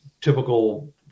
typical